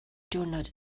diwrnod